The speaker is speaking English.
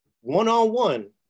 one-on-one